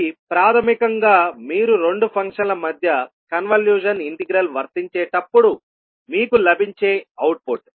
ఇది ప్రాథమికంగా మీరు రెండు ఫంక్షన్ల మధ్య కన్వల్యూషన్ ఇంటెగ్రల్ వర్తించేటప్పుడు మీకు లభించే అవుట్పుట్